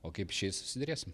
o kaip išeis susiderėsim